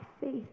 faith